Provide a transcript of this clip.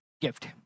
gift